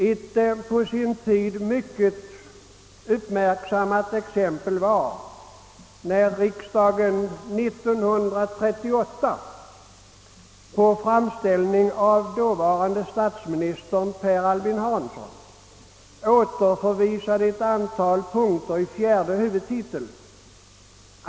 Ett på sin tid mycket uppmärksammat fall var när riksdagen 1938 efter framställning av dåvarande statsministern Per Albin Hansson återförvisade ett antal punkter under fjärde huvudtiteln.